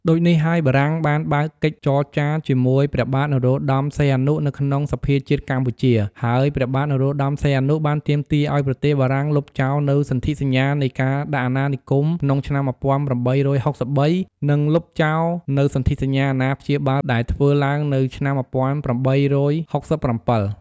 ដូចនេះហើយបារាំងបានបើកកិច្ចចរចារជាមួយព្រះបាទនរោត្តមសីហនុនៅក្នុងសភាជាតិកម្ពុជា ហើយព្រះបាទនរោត្តសីហនុ បានទាមទារឱ្យប្រទេសបារាំងលុបចោលនូវសន្ធិសញ្ញានៃការដាក់អណានិគម ក្នុងឆ្នាំ ១៨៦៣ និង លុបចោលនូវ សន្ធិសញ្ញាអណាព្យាបាលដែលធ្វើឡើងនៅឆ្នាំ ១៨៦៧។